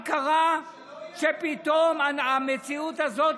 מה קרה שפתאום המציאות הזאת,